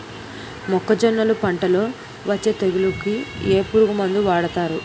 మొక్కజొన్నలు పంట లొ వచ్చే తెగులకి ఏ పురుగు మందు వాడతారు?